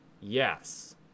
Yes